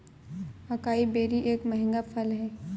acai berry एक महंगा फल है